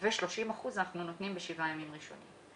ל-30 אחוזים אנחנו נותנים מענה בשבעת הימים הראשונים,